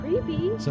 creepy